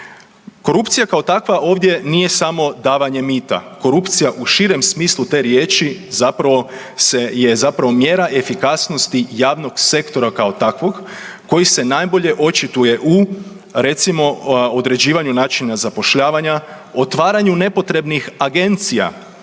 Korupcija kao takva ovdje nije samo davanje mita. Korupcija u širem smislu te riječi zapravo zapravo se je zapravo mjera efikasnosti javnog sektora kao takvog koji se najbolje očituje u recimo određivanju načina zapošljavanja, otvaranju nepotrebnih agencija